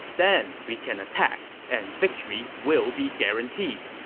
then we can attack, and victory will be guaranteed.